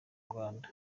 rwanda